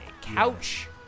couch